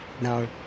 No